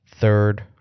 third